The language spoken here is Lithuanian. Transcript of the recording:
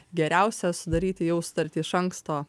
geriausia sudaryti jau sutartį iš anksto